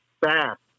fast